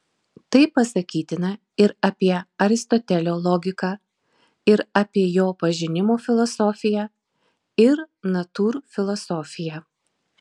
tai pasakytina ir apie aristotelio logiką ir apie jo pažinimo filosofiją ir natūrfilosofiją